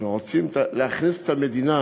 ורוצים להכניס את המדינה